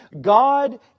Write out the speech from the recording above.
God